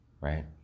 right